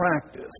practice